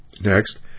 Next